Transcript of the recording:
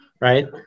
Right